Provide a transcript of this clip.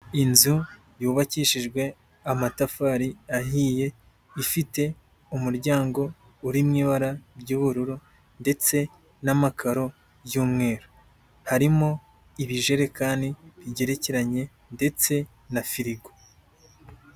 Inzu yubakishijwe amatafari ahiye, ifite umuryango uri mu ibara ry'ubururu ndetse n'amakaro y'umweru. Harimo ibijerekani bigerekeranye ndetse na firigo.